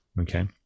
okay